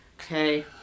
Okay